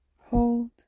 Hold